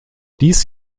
dies